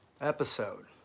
episode